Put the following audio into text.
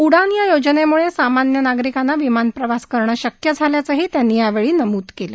उडान या योजनेमुळे सामान्य नागरिकांना विमानप्रवास करणं शक्य झाल्याचही त्यांनी नमूद केलं